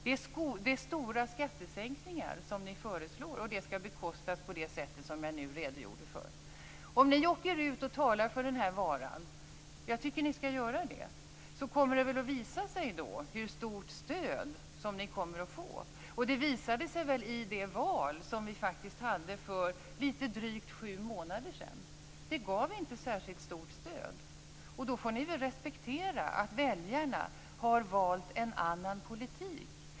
Det är stora skattesänkningar som ni föreslår, och de skall betalas på det sätt som jag nu redogjorde för. Om ni åker ut och talar för den här varan, och jag tycker att ni skall göra det, så kommer det väl att visa sig hur stort stöd ni kommer att få. Och det visade sig väl i det val som vi faktiskt hade för lite drygt sju månader sedan. Det fanns inte ett särskilt stort stöd. Då får ni väl respektera att väljarna har valt en annan politik.